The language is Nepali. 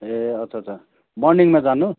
ए अच्छा अच्छा मर्निङमा जानु